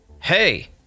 Hey